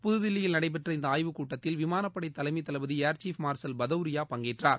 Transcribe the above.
புதுதில்லியில் நடைபெற்ற இந்த ஆய்வுக்கூட்டத்தில் விமானப்படை தலைமை தளபதி ஏர் சீப் மார்ஷல் பதௌரியா பங்கேற்றார்